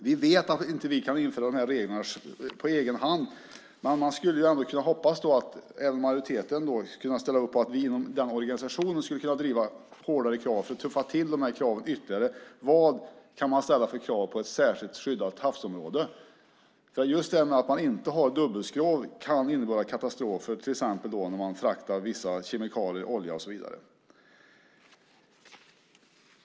Vi vet att vi inte kan införa dessa regler på egen hand, men man skulle ändå kunna hoppas att även majoriteten kan ställa upp på att vi inom denna organisation driver hårdare och tuffare krav. Att inte ha dubbelskrov kan innebära katastrofer, till exempel när man fraktar vissa kemikalier, olja och så vidare.